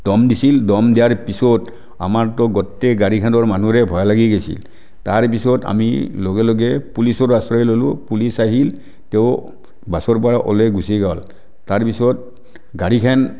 দম দিছিল দম দিয়াৰ পিছত আমাৰতো গোটেই গাড়ীখনৰ মানুহৰে ভয় লাগি গৈছিল তাৰ পাছত আমি লগে লগে পুলিচৰ আশ্ৰয় ললোঁ পুলিচ আহিল তেওঁ বাছৰ পৰা ওলাই গুচি গ'ল তাৰপিছত গাড়ীখন